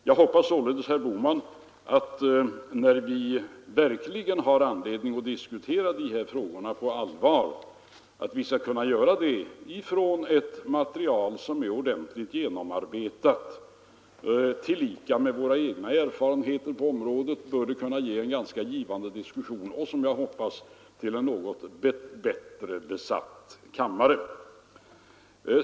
Jag hoppas således, herr Bohman, att vi, när vi verkligen har anledning att diskutera de här frågorna på allvar, skall kunna göra det med utgångspunkt i ett material som är ordentligt genomarbetat. Tillika med våra egna erfarenheter på området bör det kunna ge en ganska givande diskussion och, som jag hoppas, en något bättre besatt kammare.